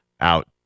Out